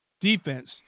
defense